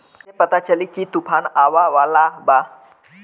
कइसे पता चली की तूफान आवा वाला बा?